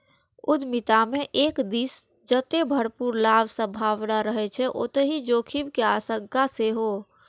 उद्यमिता मे एक दिस जतय भरपूर लाभक संभावना रहै छै, ओतहि जोखिम के आशंका सेहो